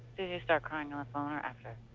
you start crying on the phone or after?